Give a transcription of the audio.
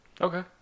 Okay